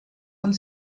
und